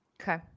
Okay